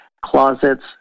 Closets